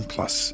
Plus